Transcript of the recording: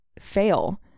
fail